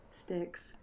sticks